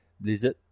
Blizzard